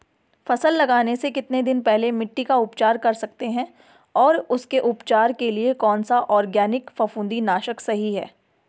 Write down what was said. फसल लगाने से कितने दिन पहले मिट्टी का उपचार कर सकते हैं और उसके उपचार के लिए कौन सा ऑर्गैनिक फफूंदी नाशक सही है?